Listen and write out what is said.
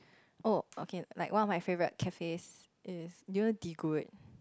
oh okay like one of my favourite cafe is is you know D good